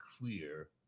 clear